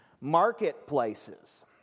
marketplaces